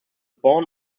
born